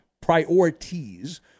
priorities